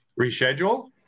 reschedule